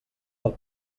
del